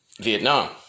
Vietnam